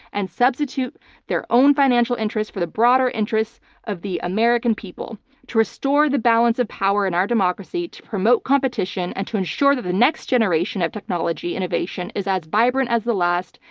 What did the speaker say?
and substitute their own financial interest for the broader interests of the american people. to restore the balance of power in our democracy, to promote competition, and to ensure that the next generation of technology innovation is as vibrant as the last,